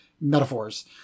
metaphors